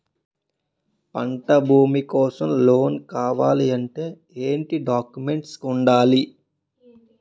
పంట భూమి కోసం లోన్ కావాలి అంటే ఏంటి డాక్యుమెంట్స్ ఉండాలి?